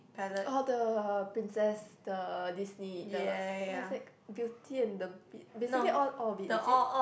orh the princess the Disney the what's that beauty and the beast basically all all of it is it